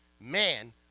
man